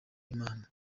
imana